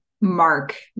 mark